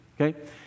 Okay